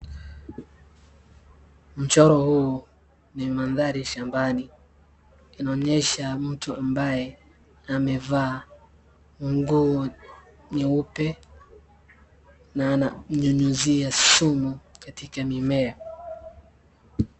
Mchoro huu ni madhari shambani. Inaonyesha mtu ambaye amevaa nguo nyeupe na ananyunyuzia sumu katika mimmea.